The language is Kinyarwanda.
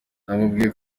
namubwiye